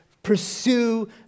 Pursue